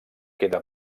queda